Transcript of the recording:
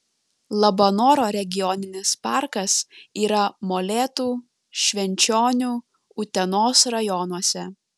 labanoro regioninis parkas yra molėtų švenčionių utenos rajonuose